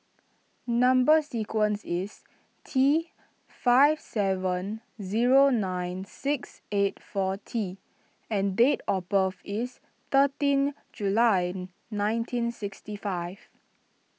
Number Sequence is T five seven zero nine six eight four T and date of birth is thirteen July nineteen sixty five